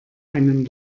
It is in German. einen